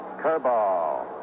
curveball